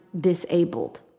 disabled